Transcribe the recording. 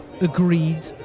Agreed